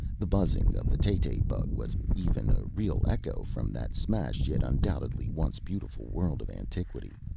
the buzzing of the tay-tay bug was even a real echo from that smashed yet undoubtedly once beautiful world of antiquity.